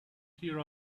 hear